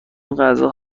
غذا